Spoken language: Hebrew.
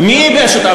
מי ייבש אותה,